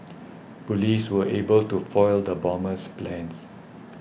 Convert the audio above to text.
police were able to foil the bomber's plans